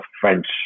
French